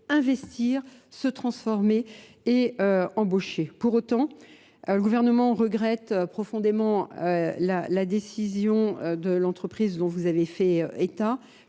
investir, se transformer et embaucher. Pour autant, le gouvernement regrette profondément la décision de l'entreprise dont vous avez fait état,